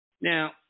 Now